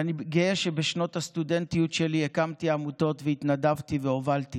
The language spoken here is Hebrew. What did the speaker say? ואני גאה שבשנות הסטודנטיות שלי הקמתי עמותות והתנדבתי והובלתי